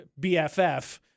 BFF